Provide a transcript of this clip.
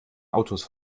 autos